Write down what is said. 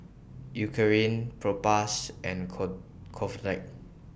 Eucerin Propass and Convatec